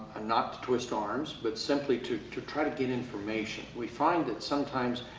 not to twist arms but simply to to try to get information. we find that sometimes,